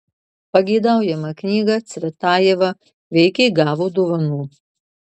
pageidaujamą knygą cvetajeva veikiai gavo dovanų